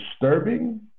disturbing